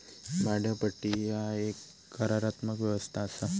भाड्योपट्टी ह्या एक करारात्मक व्यवस्था असा